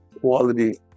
quality